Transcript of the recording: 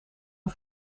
een